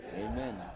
Amen